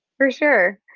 for sure.